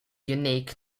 unique